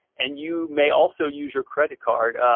and you may also use your credit card,